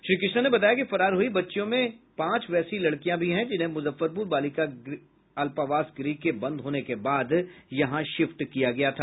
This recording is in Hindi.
श्री कृष्णन ने बताया कि फरार हुई बच्चियों में पांच वैसी लड़कियां भी हैं जिन्हें मुजफ्फरपुर बालिका अल्पावास गृह के बंद होने के बाद यहां शिफ्ट किया गया था